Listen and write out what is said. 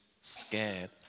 scared